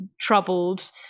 troubled